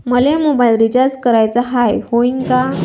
मले mobile recharge कराचा हाय, होईनं का?